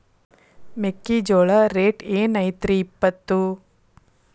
ಮೆಕ್ಕಿಜೋಳ ರೇಟ್ ಏನ್ ಐತ್ರೇ ಇಪ್ಪತ್ತು?